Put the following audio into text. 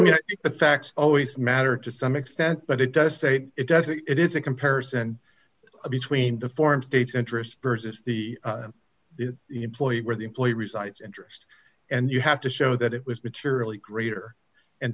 mean the facts always matter to some extent but it does say it doesn't it is a comparison between the form states interest versus the employer where the employer resides interest and you have to show that it was materially greater and